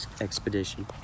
expedition